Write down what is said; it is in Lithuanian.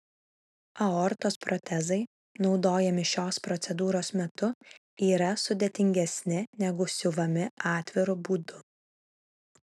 aortos protezai naudojami šios procedūros metu yra sudėtingesni negu siuvami atviru būdu